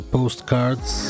Postcards